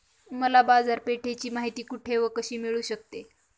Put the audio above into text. मला बाजारपेठेची माहिती कुठे व कशी मिळू शकते?